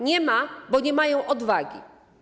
Nie ma, bo nie mają odwagi.